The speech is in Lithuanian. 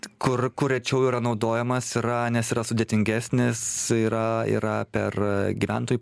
kur kur rečiau yra naudojamas yra nes yra sudėtingesnis yra yra per gyventojų